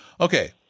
Okay